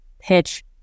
pitch